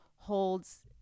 holds